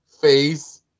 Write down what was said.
face